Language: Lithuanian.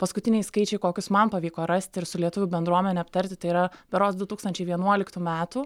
paskutiniai skaičiai kokius man pavyko rasti ir su lietuvių bendruomene aptarti tai yra berods du tūkstančiai vienuoliktų metų